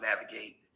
navigate